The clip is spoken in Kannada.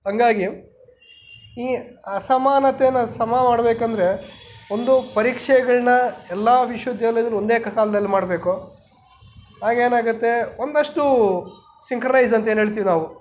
ಹಂಗಾಗಿ ಈ ಅಸಮಾನತೇನ ಸಮ ಮಾಡಬೇಕಂದ್ರೆ ಒಂದೋ ಪರೀಕ್ಷೆಗಳನ್ನ ಎಲ್ಲ ವಿಶ್ವವಿದ್ಯಾಲಯ್ದಲ್ಲಿ ಒಂದೇ ಕಾಲ್ದಲ್ ಮಾಡಬೇಕು ಆಗೇನಾಗುತ್ತೆ ಒಂದಷ್ಟು ಸಿಂಕ್ರನೈಸ್ ಅಂತೇನೇಳ್ತೀವಿ ನಾವು